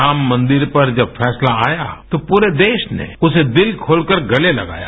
राम मंदिर पर जब फैसला आया तो पूरे देश ने उसे दिल खोलकर गले लगाया